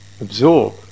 absorb